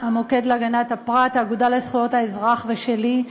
"המוקד להגנת הפרט" והאגודה לזכויות האזרח ושלי.